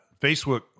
Facebook